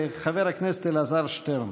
חבר הכנסת אלעזר שטרן.